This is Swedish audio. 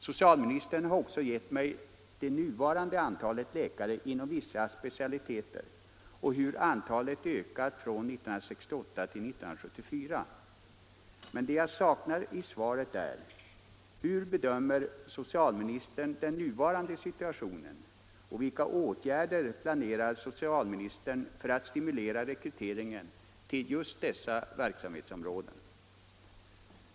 Socialministern har också angett det nuvarande antalet läkare inom vissa specialiteter och hur antalet ökat från 1968 till 1974. Men det jag saknar är svaret på frågan: Hur bedömer socialministern den nuvarande situationen och vilka åtgärder planerar socialministern för att stimulera rekryteringen till just dessa verksamhetsområden?